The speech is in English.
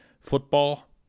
football